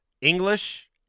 English